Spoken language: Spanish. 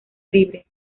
libre